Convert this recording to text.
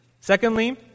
Secondly